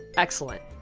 excellent.